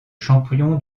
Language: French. champion